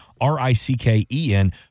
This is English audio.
R-I-C-K-E-N